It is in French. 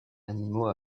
animaux